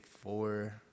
four